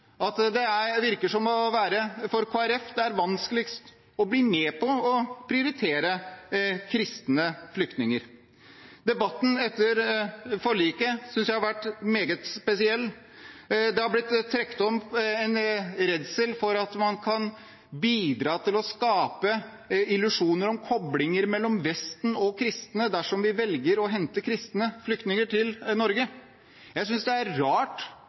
at det virker å være for Kristelig Folkeparti det er vanskeligst å bli med på å prioritere kristne flyktninger. Debatten etter forliket synes jeg har vært meget spesiell. Det er blitt trukket opp en redsel for at man kan bidra til å skape illusjoner om koblinger mellom Vesten og kristne dersom vi velger å hente kristne flyktninger til Norge. Jeg synes det er rart